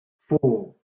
four